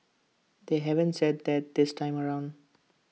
they haven't said that this time around